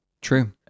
True